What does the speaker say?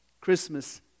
Christmas